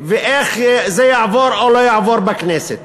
ואיך זה יעבור או לא יעבור בכנסת.